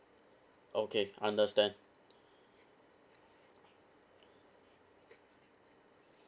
okay understand